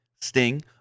Sting